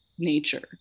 nature